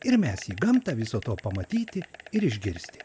ir mes į gamtą viso to pamatyti ir išgirsti